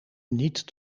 niet